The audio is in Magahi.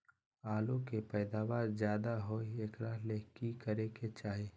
आलु के पैदावार ज्यादा होय एकरा ले की करे के चाही?